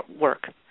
work